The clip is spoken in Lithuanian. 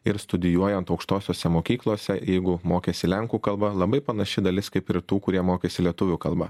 ir studijuojant aukštosiose mokyklose jeigu mokėsi lenkų kalba labai panaši dalis kaip ir tų kurie mokėsi lietuvių kalba